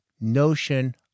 notion